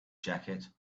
jacket